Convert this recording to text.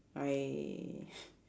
I